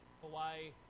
Hawaii